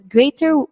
Greater